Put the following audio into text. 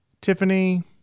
Tiffany